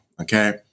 okay